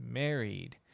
married